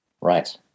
right